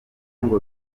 ngo